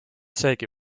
seegi